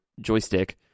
joystick